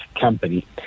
company